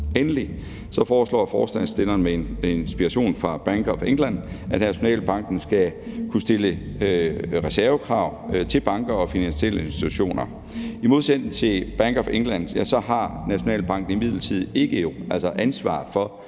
Endelig foreslår forslagsstillerne med inspiration fra Bank of England, at Nationalbanken skal kunne stille reservekrav til banker og finansielle institutioner. I modsætning til Bank of England har Nationalbanken imidlertid ikke ansvar for